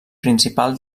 principal